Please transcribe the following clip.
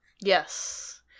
Yes